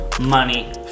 money